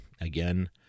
Again